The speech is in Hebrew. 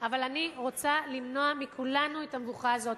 אבל אני רוצה למנוע מכולנו את המבוכה הזאת.